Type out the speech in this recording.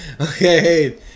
Okay